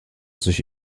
sich